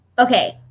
okay